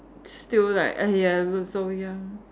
still like !aiya! look so young